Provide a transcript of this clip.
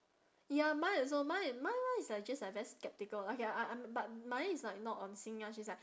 ya mine also mine mine [one] is like just like very skeptical okay I'm I'm but mine is like not on sing lah she's like